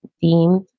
deemed